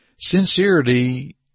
sincerity